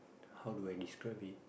how do I describe it